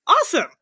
Awesome